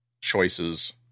choices